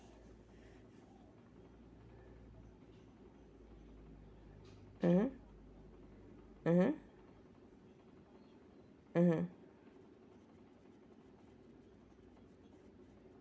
mmhmm mmhmm mmhmm